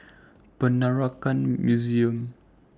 Peranakan Museum